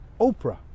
Oprah